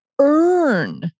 Earn